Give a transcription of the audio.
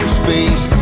space